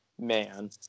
man